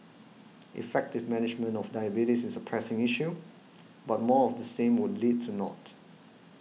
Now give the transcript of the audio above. effective management of diabetes is a pressing issue but more of the same would lead to naught